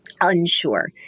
unsure